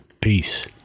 Peace